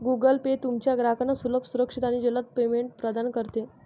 Google Pay तुमच्या ग्राहकांना सुलभ, सुरक्षित आणि जलद पेमेंट प्रदान करते